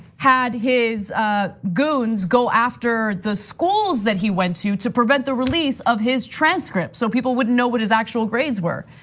had his goons go after the schools that he went to to prevent the release of his transcript so people would know what is actual grades were.